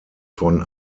von